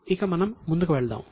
ఇక మనం ముందుకు వెళ్దాం